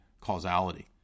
causality